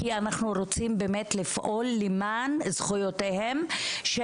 כי אנחנו רוצים באמת לפעול למען זכויותיהם של